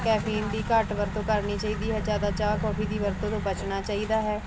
caffeine ਦੀ ਘੱਟ ਵਰਤੋਂ ਕਰਨੀ ਚਾਹੀਦੀ ਹੈ ਜ਼ਿਆਦਾ ਚਾਹ ਕਾਫੀ ਦੀ ਵਰਤੋਂ ਤੋਂ ਬਚਣਾ ਚਾਹੀਦਾ ਹੈ